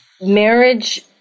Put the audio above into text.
Marriage